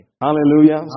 Hallelujah